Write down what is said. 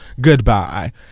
goodbye